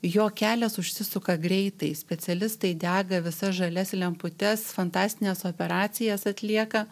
jo kelias užsisuka greitai specialistai dega visas žalias lemputes fantastines operacijas atlieka